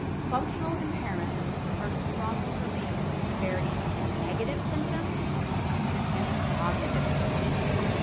functional impairments are strongly related to the severity of the negative symptoms and the cognitive symptoms.